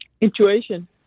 Intuition